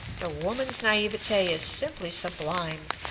the woman's naivete is simply sublime,